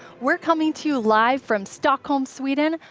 we're coming to you live from stockholm, sweden,